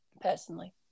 Personally